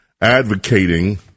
advocating